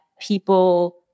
people